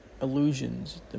illusions